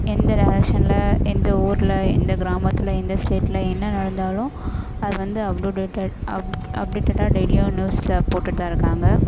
எந்த டேரக்ஷனில் எந்த ஊரில் எந்த கிராமத்தில் எந்த ஸ்டேட்டில் என்ன நடந்தாலும் அது வந்து அப்டூடேட்டட் அப் அப்டேட்டடா டெய்லியும் நியூஸில் போட்டுகிட்டு தான் இருக்காங்க